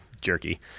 jerky –